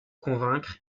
convaincre